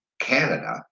Canada